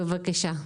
בבקשה,